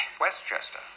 Westchester